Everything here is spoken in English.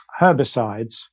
herbicides